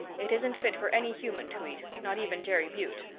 it isn't fit for any human to eat, not even jerry boute.